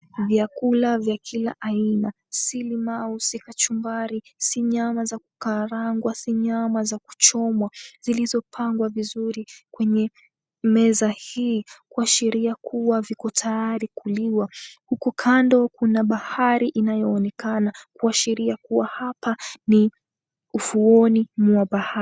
Vyakula vya kila aina, si limau, si kachumbari, si nyama za kukarangwa, si nyama za kuchomwa zilizopangwa vizuri kwenye meza hii kuashiria kuwa viko tayari kuliwa. Huku kando kuna bahari inayoonekana, kuashiria kuwa hapa ni ufuoni mwa bahari.